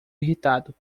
irritado